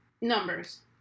numbers